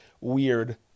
weird